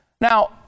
Now